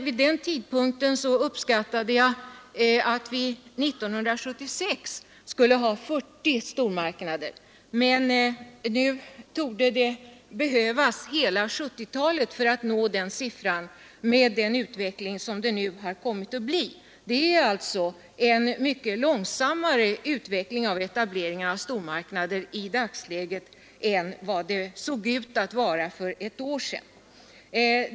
Vid den tidpunkten uppskattade jag att vi 1976 skulle ha 40 stormarknader, men med den nuvarande utvecklingen torde hela 1970-talet behövas för att nå den siffran. Stormarknadsetableringarna utvecklas i dagsläget mycket långsammare än för ett år sedan.